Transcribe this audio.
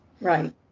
Right